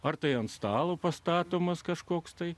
ar tai ant stalo pastatomas kažkoks tai